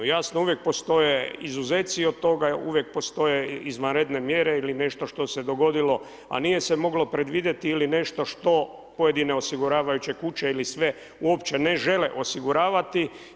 Jasno uvijek postoje izuzeci od toga, uvijek postoje izvanredne mjere ili nešto što se dogodilo a nije se moglo predvidjeti ili nešto što pojedine osiguravajuće kuće ili sve uopće ne žele osiguravati.